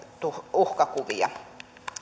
uhkakuvia